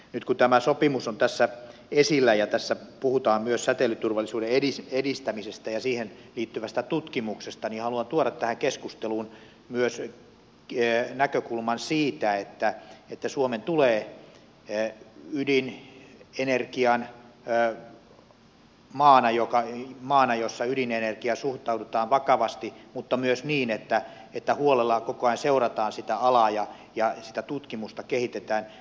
nyt kun tämä sopimus on tässä esillä ja tässä puhutaan myös säteilyturvallisuuden edistämisestä ja siihen liittyvästä tutkimuksesta haluan tuoda tähän keskusteluun myös näkökulman siitä että suomen tulee toimia ydinenergian maana jossa ydinenergiaan suhtaudutaan vakavasti mutta myös niin että huolella koko ajan seurataan sitä alaa ja sitä tutkimusta kehitetään